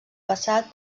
passat